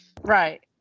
Right